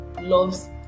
loves